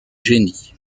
génie